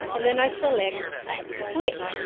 and then i select, add clip,